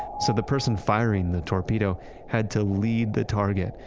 so, the person firing the torpedo had to lead the target.